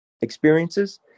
experiences